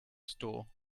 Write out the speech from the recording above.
store